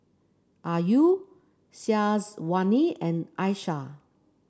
Ayu Syazwani and Aishah